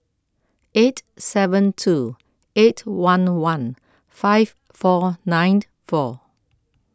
eight seven two eight one one five four nine four